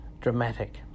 dramatic